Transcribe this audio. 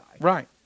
Right